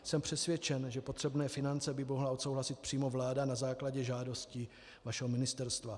Jsem přesvědčen, že potřebné finance by mohla odsouhlasit přímo vláda na základě žádosti vašeho ministerstva.